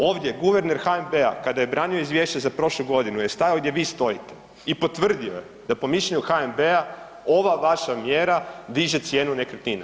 Ovdje guverner HNB-a kada je branio izvješće za prošlu godinu je stajao gdje vi stojite i potvrdio je da po mišljenju HNB-a ova vaša mjera diže cijenu nekretnina.